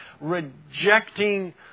rejecting